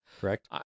Correct